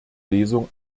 lesung